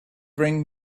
bring